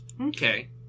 Okay